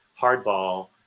hardball